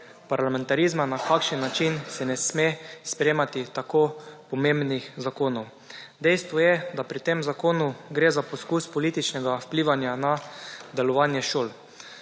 parlamentarizma, na kakšen način se ne sme sprejemati tako pomembnih zakonov. Dejstvo je, da pri tem zakonu gre za poskus političnega vplivanja na delovanje šol.